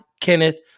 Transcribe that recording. Kenneth